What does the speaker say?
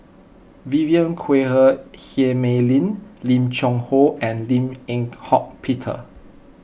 Vivien Quahe Seah Mei Lin Lim Cheng Hoe and Lim Eng Hock Peter